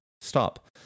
stop